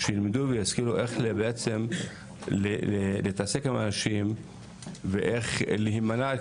שילמדו וישכילו איך בעצם להתעסק עם האנשים ואיך להימנע,